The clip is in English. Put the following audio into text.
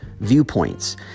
viewpoints